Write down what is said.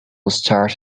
starred